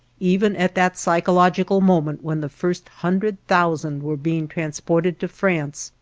even at that psychological moment when the first hundred thousand were being transported to france,